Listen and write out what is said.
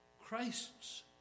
Christ's